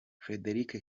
frederic